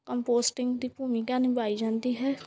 composting ਦੀ ਭੂਮਿਕਾ ਨਿਭਾਈ ਜਾਂਦੀ ਹੈ